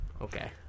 Okay